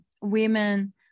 women